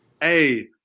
Hey